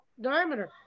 diameter